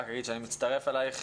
אני רק אגיד שאני מצטרף אליך בענק.